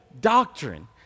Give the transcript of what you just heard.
doctrine